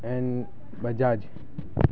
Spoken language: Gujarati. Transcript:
એન્ડ બજાજ